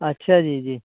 اچھا جی جی